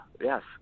yes